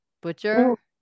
butcher